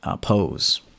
pose